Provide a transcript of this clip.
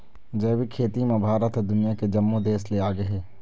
जैविक खेती म भारत ह दुनिया के जम्मो देस ले आगे हे